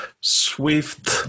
Swift